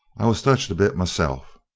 i was touched a bit myself.